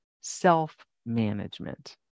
self-management